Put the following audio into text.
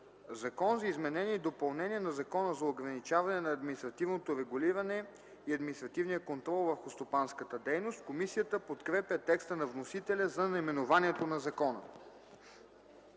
„Закон за изменение и допълнение на Закона за ограничаване на административното регулиране и административния контрол върху стопанската дейност”. Комисията подкрепя текста на вносителя за наименованието на закона.